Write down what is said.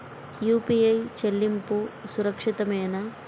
UPI చెల్లింపు సురక్షితమేనా?